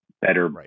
better